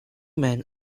men